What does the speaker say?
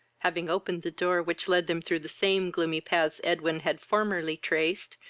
having opened the door which led them through the same gloomy paths edwin had formerly traced,